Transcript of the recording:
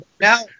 Now